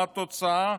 מה התוצאה?